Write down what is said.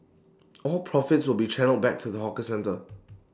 all profits will be channelled back to the hawker centre